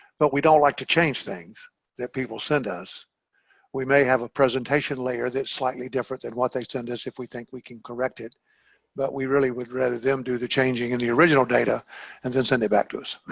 but we don't like to change things that people send us we may have a presentation layer. that's slightly different than what they send us if we think we can correct it but we really would rather them do the changing in the original data and then send it back to us